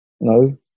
No